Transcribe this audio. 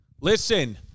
Listen